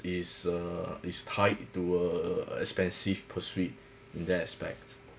is err is tied to err expensive pursuit in that aspect